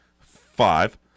five